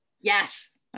Yes